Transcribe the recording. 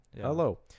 Hello